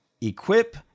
Equip